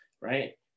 right